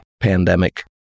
pandemic